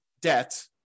debt